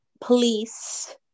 police